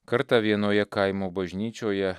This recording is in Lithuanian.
kartą vienoje kaimo bažnyčioje